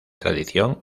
tradición